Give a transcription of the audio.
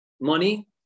money